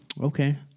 Okay